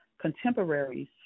contemporaries